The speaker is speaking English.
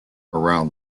around